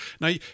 Now